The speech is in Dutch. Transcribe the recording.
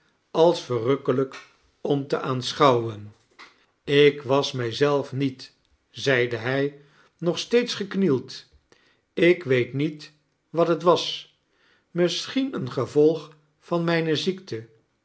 als verrukkeljjk om te aanschouweiu ik was mijzelf niet zeide hij nog steeds geknaeld ik weet niet wat het was mieaohien een gevodg van mijne ziekte